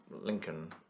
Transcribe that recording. Lincoln